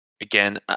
again